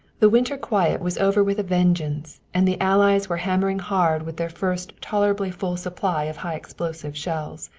the winter quiet was over with a vengeance, and the allies were hammering hard with their first tolerably full supply of high-explosive shells.